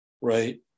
right